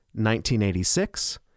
1986